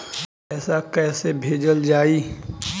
पैसा कैसे भेजल जाइ?